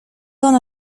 ona